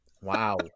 Wow